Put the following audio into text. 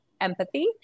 empathy